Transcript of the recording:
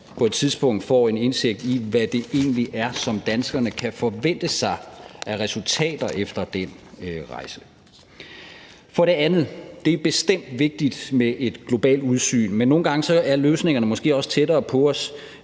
på et tidspunkt får en indsigt i, hvad det egentlig er, danskerne kan forvente sig af resultater efter den rejse. For det andet er det bestemt vigtigt med et globalt udsyn, men nogle gange er løsningerne måske også tættere på os,